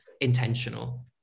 intentional